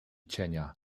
cienia